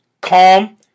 calm